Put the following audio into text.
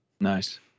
Nice